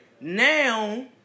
Now